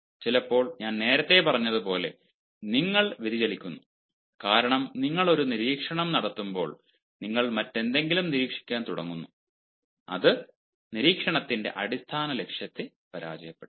ചിലപ്പോൾ ഞാൻ നേരത്തെ പറഞ്ഞതുപോലെ നിങ്ങൾ വ്യതിചലിക്കുന്നു കാരണം നിങ്ങൾ ഒരു നിരീക്ഷണം നടത്തുമ്പോൾ നിങ്ങൾ മറ്റെന്തെങ്കിലും നിരീക്ഷിക്കാൻ തുടങ്ങുന്നു അത് നിരീക്ഷണത്തിന്റെ അടിസ്ഥാന ലക്ഷ്യത്തെ പരാജയപ്പെടുത്തും